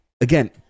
again